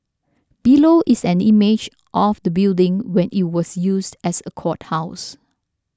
below is an image of the building when it was used as a courthouse